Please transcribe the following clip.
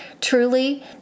truly